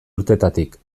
urtetatik